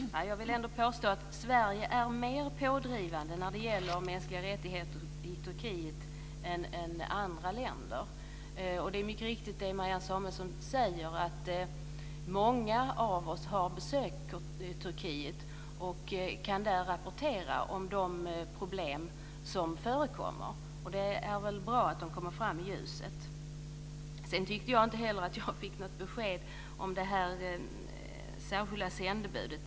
Fru talman! Jag vill ändå påstå att Sverige är mer pådrivande när det gäller mänskliga rättigheter i Turkiet än andra länder. Och det som Marianne Samuelsson säger är mycket riktigt, nämligen att många av oss har besökt Turkiet och kan rapportera om de problem som förekommer. Och det är väl bra att de kommer fram i ljuset. Sedan tyckte jag inte att jag fick något besked om det särskilda sändebudet.